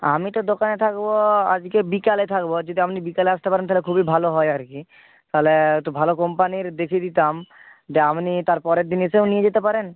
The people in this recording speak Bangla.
আমি তো দোকানে থাকব আজকে বিকেলে থাকব যদি আপনি বিকেলে আসতে পারেন তাহলে খুবই ভালো হয় আর কি তাহলে একটু ভালো কোম্পানির দেখিয়ে দিতাম দিয়ে আপনি তার পরের দিন এসেও নিয়ে যেতে পারেন